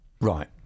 Right